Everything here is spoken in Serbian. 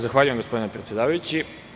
Zahvaljujem se, gospodine predsedavajući.